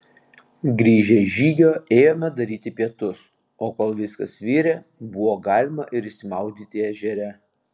grįžę iš žygio ėjome daryti pietus o kol viskas virė buvo galima ir išsimaudyti ežere